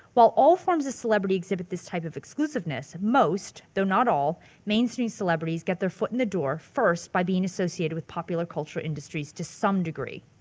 while all forms of celebrity exhibit this type of exclusiveness, most though not all mainstream celebrities get their foot in the door first by being associated with popular culture industries to some degree.